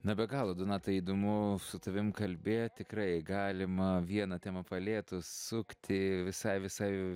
na be galo donatai įdomu su tavim kalbėt tikrai galima vieną temą palietus sukti visai visai